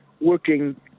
working